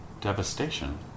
devastation